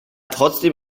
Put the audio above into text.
trotzdem